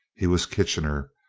he was kitchener.